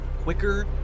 quicker